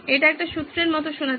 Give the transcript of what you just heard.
এটি একটি সূত্রের মত শোনাচ্ছে